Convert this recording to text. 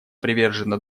привержено